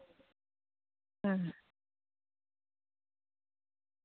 ᱦᱩᱸ